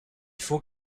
faut